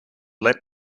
let